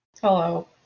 hello